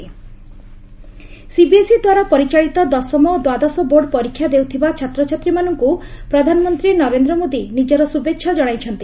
PM examination CBSE ଦ୍ୱାରା ପରିଚାଳିତ ଦଶମ ଓ ଦ୍ୱାଦଶ ବୋର୍ଡ଼ ପରୀକ୍ଷା ଦେଉଥିବା ଛାତ୍ରଛାତ୍ରୀମାନଙ୍କୁ ପ୍ରଧାନମନ୍ତ୍ରୀ ନରେନ୍ଦ୍ର ମୋଦି ନିଜର ଶୁଭେଚ୍ଛା ଜଣାଇଛନ୍ତି